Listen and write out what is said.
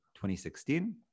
2016